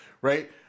right